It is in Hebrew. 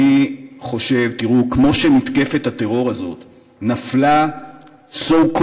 כמו שמתקפת הטרור הזאת נפלה so called